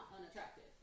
unattractive